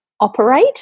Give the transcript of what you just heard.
operate